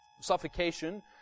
suffocation